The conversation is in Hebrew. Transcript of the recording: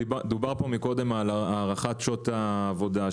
דובר פה מקודם על הארכת שעות העבודה,